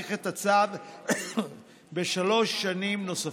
להאריך את הצו בשלוש שנים נוספות.